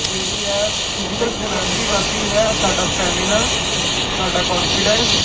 ਜਿਹੜੀ ਹੈ physical strength ਵੀ ਵੱਧਦੀ ਹੈ ਸਾਡਾ ਸਟੈਮਿਨਾ ਸਾਡਾ ਕੋਨਫੀਡੈਂਸ